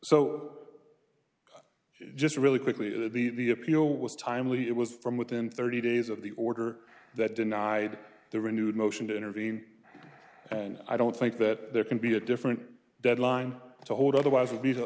so just really quickly that the appeal was timely it was from within thirty days of the order that denied the renewed motion to intervene and i don't think that there can be a different deadline to hold otherwise